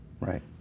Right